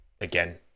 again